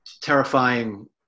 terrifying